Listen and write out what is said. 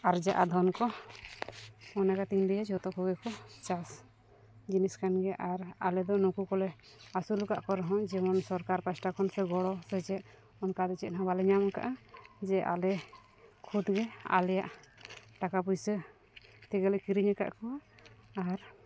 ᱟᱨᱡᱟᱜᱼᱟ ᱫᱷᱚᱱᱠᱚ ᱚᱱᱟ ᱠᱟᱛᱮᱧ ᱞᱟᱹᱭᱟ ᱡᱷᱚᱛᱚ ᱠᱚᱜᱮ ᱠᱚ ᱪᱟᱥ ᱡᱤᱱᱤᱥ ᱠᱟᱱ ᱜᱮᱭᱟ ᱟᱨ ᱟᱞᱮ ᱫᱚ ᱱᱩᱠᱩ ᱠᱚᱞᱮ ᱟᱹᱥᱩᱞᱟᱠᱟᱫ ᱠᱚ ᱨᱮᱦᱚᱸ ᱡᱮᱢᱚᱱ ᱥᱚᱨᱠᱟᱨ ᱯᱟᱥᱴᱟ ᱠᱷᱚᱱ ᱥᱮ ᱜᱚᱲᱚ ᱥᱮ ᱪᱮᱫ ᱚᱱᱠᱟ ᱫᱚ ᱪᱮᱫ ᱦᱚᱸ ᱵᱟᱞᱮ ᱧᱟᱢ ᱠᱟᱜᱼᱟ ᱡᱮ ᱟᱞᱮ ᱠᱷᱩᱛᱜᱮ ᱟᱞᱮᱭᱟᱜ ᱴᱟᱠᱟ ᱯᱩᱭᱥᱟᱹ ᱛᱮᱜᱮᱞᱮ ᱠᱤᱨᱤᱧ ᱟᱠᱟᱫ ᱠᱚᱣᱟ ᱟᱨ